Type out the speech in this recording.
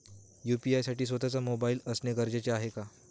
UPI साठी स्वत:चा mobile असणे गरजेचे आहे का?